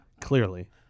clearly